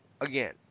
again